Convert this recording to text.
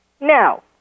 Now